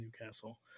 Newcastle